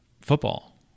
Football